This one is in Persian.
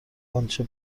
آنچه